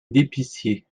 d’épicier